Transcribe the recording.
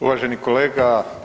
Uvaženi kolega.